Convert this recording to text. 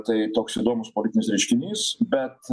tai toks įdomus politinis reiškinys bet